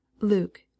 Luke